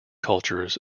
cultures